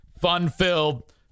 fun-filled